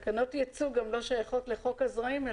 תקנות יצוא לא שייכות לחוק הזרעים,